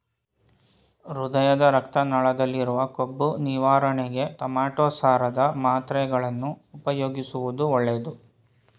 ಹೃದಯದ ರಕ್ತ ನಾಳದಲ್ಲಿರುವ ಕೊಬ್ಬು ನಿವಾರಣೆಗೆ ಟೊಮೆಟೋ ಸಾರದ ಮಾತ್ರೆಗಳನ್ನು ಉಪಯೋಗಿಸುವುದು ಒಳ್ಳೆದು